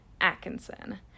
Atkinson